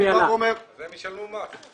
והן ישלמו מס.